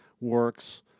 works